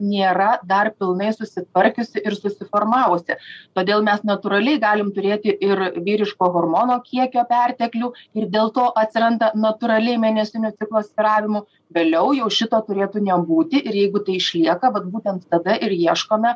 nėra dar pilnai susitvarkiusi ir susiformavusi todėl mes natūraliai galim turėti ir vyriško hormono kiekio perteklių ir dėl to atsiranda natūrali mėnesinių ciklo svyravimų vėliau jau šito turėtų nebūti ir jeigu tai išlieka vat būtent tada ir ieškome